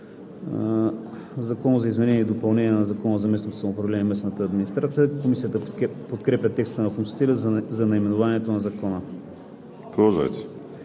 „Закон за изменение и допълнение на Закона за местното самоуправление и местната администрация“.“ Комисията подкрепя текста на вносителя за наименованието на Закона.